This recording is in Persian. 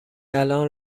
الان